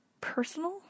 personal